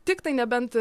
tiktai nebent